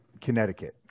Connecticut